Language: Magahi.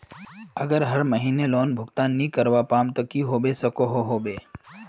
अगर हर महीना लोन भुगतान नी करवा पाम ते की होबे सकोहो होबे?